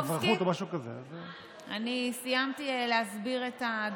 אני סיימתי להסביר את הדברים.